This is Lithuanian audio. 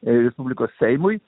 ir publikos seimui